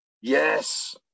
Yes